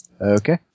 Okay